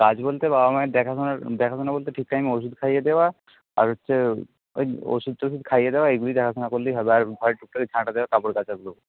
কাজ বলতে বাবা মায়ের দেখা শোনা দেখা শোনা বলতে ঠিক টাইমে ওষুধ খাইয়ে দেওয়া আর হচ্ছে ওই ওষুধ টশুধ খাইয়ে দেওয়া এগুলো দেখাশুনা করলেই হবে আর ঘরে টুক টাক ঝাঁট দেওয়া কাপড় কাচাগুলো